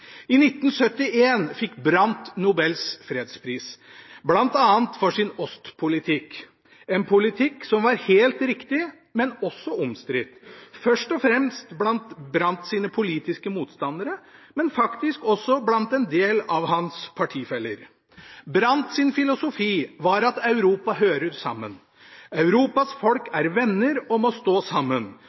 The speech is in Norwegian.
I 1971 fikk Brandt Nobels fredspris, bl.a. for sin «Ostpolitik», en politikk som var helt riktig, men også omstridt – først og fremst blant Brandts politiske motstandere, men faktisk også blant en del av hans partifeller. Brandts filosofi var at Europa hører sammen, Europas folk er venner og må stå sammen,